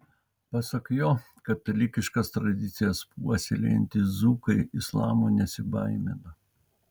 pasak jo katalikiškas tradicijas puoselėjantys dzūkai islamo nesibaimina